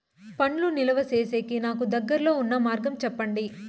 పండ్లు నిలువ సేసేకి నాకు దగ్గర్లో ఉన్న మార్గం చెప్పండి?